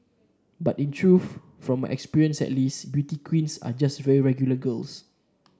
but in truth from experience at least beauty queens are just very regular girls